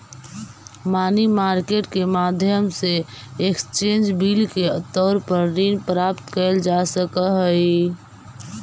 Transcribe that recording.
money market के माध्यम से एक्सचेंज बिल के तौर पर ऋण प्राप्त कैल जा सकऽ हई